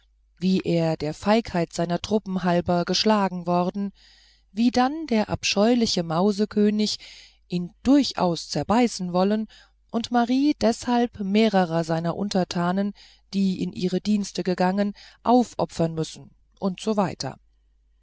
wie er der feigheit seiner truppen halber geschlagen worden wie dann der abscheuliche mausekönig ihn durchaus zerbeißen wollen und marie deshalb mehrere seiner untertanen die in ihre dienste gegangen aufopfern müssen u s